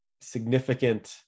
significant